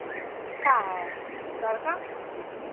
क्या है सर का